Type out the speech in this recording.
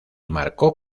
marcó